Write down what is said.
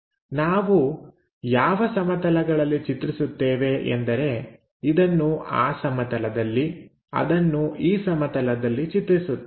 ನಾವು ಯಾವ ಸಮತಲಗಳಲ್ಲಿ ಚಿತ್ರಿಸುತ್ತೇವೆ ಎಂದರೆ ಇದನ್ನು ಆ ಸಮತಲದಲ್ಲಿ ಚಿತ್ರಿಸುತ್ತೇವೆ ಅದನ್ನು ಈ ಸಮತಲದಲ್ಲಿ ಚಿತ್ರಿಸುತ್ತೇವೆ